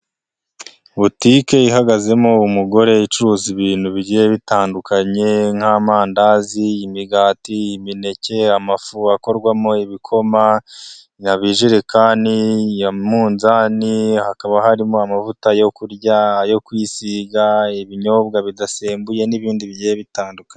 Butike ihagazemo umugore icuruza ibintu bigiye bitandukanye nk'amandazi imigati imineke amafu akorwamo ibikoma, ibijerekani, umunzani, hakaba harimo amavuta yo kurya ayo kwisiga ibinyobwa bidasembuye n'ibindi bigiye bitandukanye.